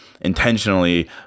intentionally